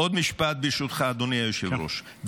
עוד משפט, ברשותך, אדוני היושב-ראש.